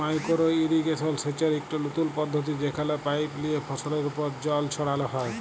micro irrigation সেচের ইকট লতুল পদ্ধতি যেখালে পাইপ লিয়ে ফসলের উপর জল ছড়াল হ্যয়